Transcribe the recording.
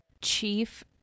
chief